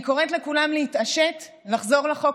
אני קוראת לכולם להתעשת ולחזור לחוק